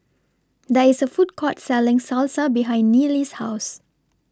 There IS A Food Court Selling Salsa behind Neely's House